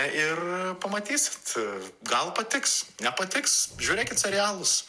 ir pamatysit gal patiks nepatiks žiūrėkit serialus